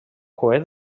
coet